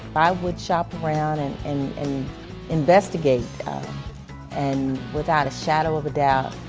i would shop around and and and investigate and without a shadow of a doubt,